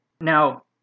Now